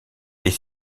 est